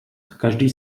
každý